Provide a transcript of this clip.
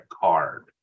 card